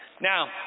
Now